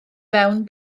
fewn